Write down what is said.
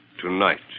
tonight